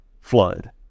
flood